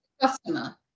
customer